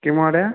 किं महोदय